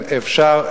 אם אפשר,